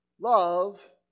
Love